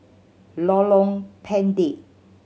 Lorong Pendek